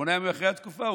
ושמונה ימים אחרי התקופה.